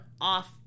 off